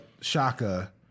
Shaka